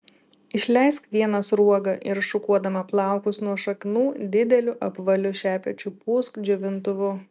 išleisk vieną sruogą ir šukuodama plaukus nuo šaknų dideliu apvaliu šepečiu pūsk džiovintuvu